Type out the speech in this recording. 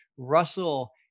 Russell